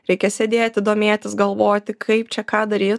reikia sėdėti domėtis galvoti kaip čia ką daryt